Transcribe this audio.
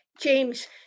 james